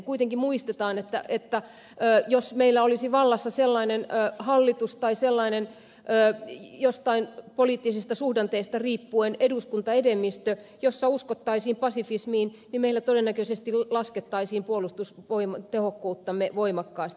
kuitenkin muistetaan että jos meillä olisi vallassa sellainen hallitus tai poliittisista suhdanteista riippuen sellainen eduskuntaenemmistö jossa uskottaisiin pasifismiin niin meillä todennäköisesti laskettaisiin puolustusvoimien tehokkuutta voimakkaasti